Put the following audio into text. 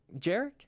Jarek